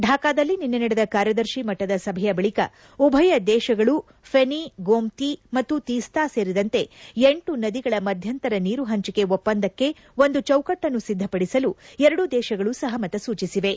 ಥಾಕಾದಲ್ಲಿ ನಿನ್ನೆ ನಡೆದ ಕಾರ್ಯದರ್ಶಿ ಮಟ್ನದ ಸಭೆಯ ಬಳಿಕ ಉಭಯ ದೇಶಗಳು ಥೆನಿ ಗುಮ್ತಿ ಮತ್ತು ತೀಸ್ತಾ ಸೇರಿದಂತೆ ಎಂಟು ನದಿಗಳ ಮಧ್ಯಂತರ ನೀರು ಹಂಚಿಕೆ ಒಪ್ವಂದಕ್ಕೆ ಒಂದು ಚೌಕಟ್ಟನ್ನು ಸಿದ್ದಪಡಿಸಲು ಎರಡೂ ದೇಶಗಳು ಸಹಮತ ಸೂಚಿಸಿವೆ